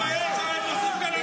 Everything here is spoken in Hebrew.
נראה לי שזה היה לפני חודשיים,